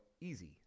easy